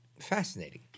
fascinating